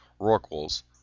rorquals